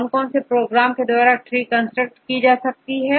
कौन से प्रोग्राम के द्वारा treeकंस्ट्रक्ट की जा सकती है